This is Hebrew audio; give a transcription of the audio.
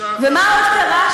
ומה עוד קרה?